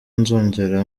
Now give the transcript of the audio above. nzongera